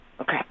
Okay